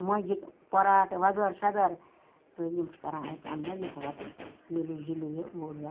مۄنٛجہِ پَراٹہٕ وغٲر شَغٲرٕ تہٕ یِم چھِ کَران اَتہِ امہِ دۄہ اِکوٹہٕ مِلی جُلی یہِ بوٚڈ دۄہ